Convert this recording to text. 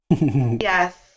yes